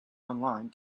online